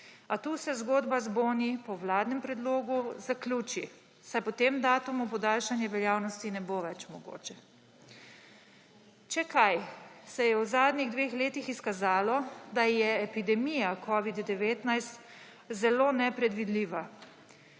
A tu se zgodba z boni po vladnem predlogu zaključi, saj po tem datumu podaljšanja veljavnosti ne bo več mogoče. Če kaj, se je v zadnjih dveh letih izkazalo, da je epidemija covida-19 zelo nepredvidljiva.